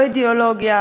לא אידיאולוגיה,